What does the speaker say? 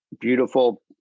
beautiful